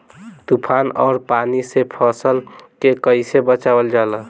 तुफान और पानी से फसल के कईसे बचावल जाला?